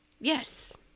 Yes